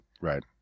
right